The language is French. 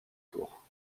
tour